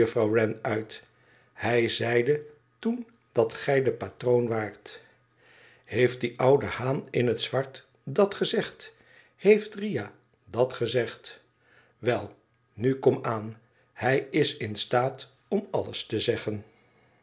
uit hij zeide toen dat gij de patroon waart heeft die oude haan in het zwart dat gezegd heeft riah dat gezegd wel nu kom aan hij is in staat om alles te zeggen